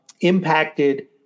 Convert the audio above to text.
impacted